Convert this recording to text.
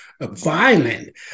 violent